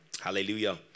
hallelujah